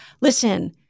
listen